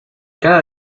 cada